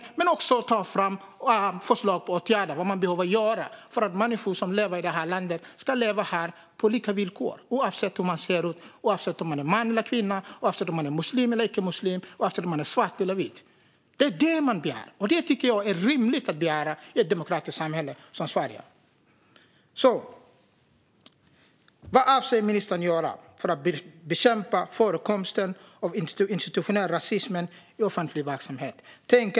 Kriskommissionen ska också ta fram förslag på åtgärder för att människor som lever i det här landet ska leva här på lika villkor, oavsett hur man ser ut, oavsett om man är man eller kvinna, oavsett om man är muslim eller icke-muslim och oavsett om man är svart eller vit. Det är detta man begär, och det tycker jag är rimligt att begära i ett demokratiskt samhälle som Sverige. Vad avser ministern att göra för att bekämpa förekomsten av institutionell rasism i offentlig verksamhet?